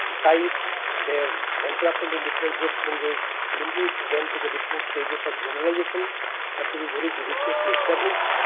types their entrapment in different host minerals linking them to the different stages of mineralization have to be very judiciously established.